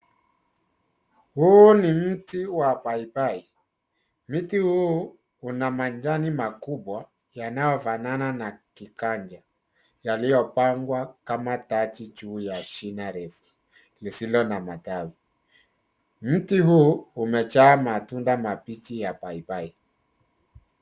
Huu ni mti wa paipai. Mti huu una majani makubwa yanayofanana na kiganja yaliyopangwa kama taji juu ya shina refu lisilo na matawi. Mti huu umejaa matunda mabichi ya paipai.